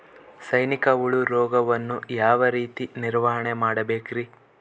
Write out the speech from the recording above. ಸೈನಿಕ ಹುಳು ರೋಗವನ್ನು ಯಾವ ರೇತಿ ನಿರ್ವಹಣೆ ಮಾಡಬೇಕ್ರಿ?